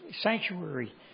sanctuary